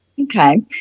Okay